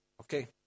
Okay